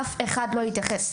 אף אחד לא התייחס.